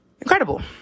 incredible